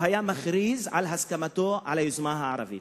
הוא היה מכריז על הסכמתו ליוזמה הערבית.